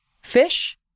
fish